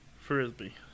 Frisbee